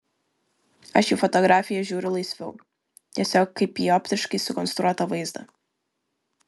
aš į fotografiją žiūriu laisviau tiesiog kaip į optiškai sukonstruotą vaizdą